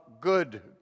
good